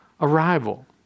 arrival